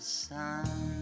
sun